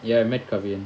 ya I met kavian